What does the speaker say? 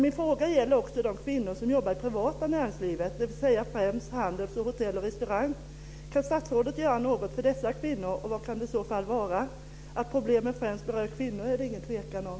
Min fråga gäller också de kvinnor som jobbar i det privata näringslivet, dvs. främst handel, hotell och restaurang. Kan statsrådet göra något för dessa kvinnor, och vad kan det i så fall vara? Att problemet främst berör kvinnor är det ingen tvekan om.